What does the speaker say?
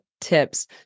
tips